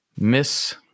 Miss